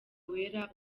wera